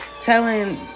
telling